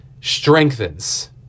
strengthens